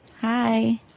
Hi